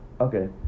Okay